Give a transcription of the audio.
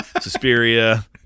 Suspiria